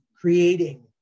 creating